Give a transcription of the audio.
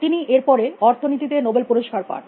তিনি এর পরে অর্থনীতি তে নোবেল পুরস্কার পান